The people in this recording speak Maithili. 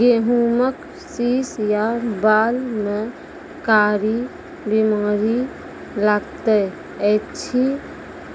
गेहूँमक शीश या बाल म कारी बीमारी लागतै अछि